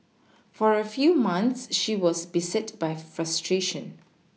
for a few months she was beset by frustration